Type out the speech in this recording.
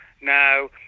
Now